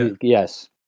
Yes